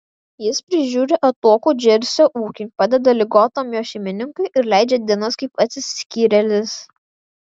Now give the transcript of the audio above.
jis prižiūri atokų džersio ūkį padeda ligotam jo šeimininkui ir leidžia dienas kaip atsiskyrėlis